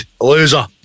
loser